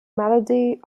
melody